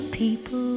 people